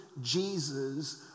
Jesus